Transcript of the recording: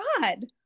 God